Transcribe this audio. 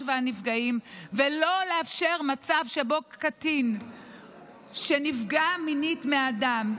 והנפגעים ולא לאפשר מצב שבו קטין שנפגע מינית מאדם,